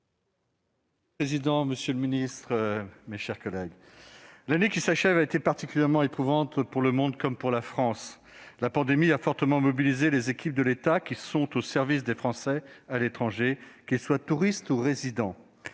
contre cette mission. La parole est à M. Joël Guerriau. L'année qui s'achève a été particulièrement éprouvante, pour le monde comme pour la France. La pandémie a fortement mobilisé les équipes de l'État au service des Français à l'étranger, qu'ils soient touristes ou résidents.